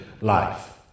life